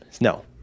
No